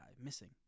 missing